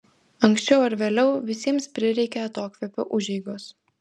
anksčiau ar vėliau visiems prireikia atokvėpio užeigos